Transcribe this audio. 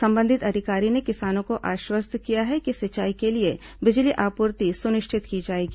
संबंधित अधिकारी ने किसानों को आश्वस्त किया है कि सिंचाई के लिए बिजली आपूर्ति सुनिश्चित की जाएगी